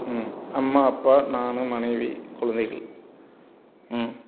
ம் அம்மா அப்பா நான் மனைவி குழந்தைகள் ம்